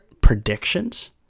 predictions